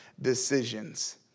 decisions